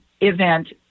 event